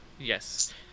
yes